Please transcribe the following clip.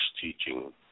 teaching